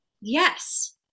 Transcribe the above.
yes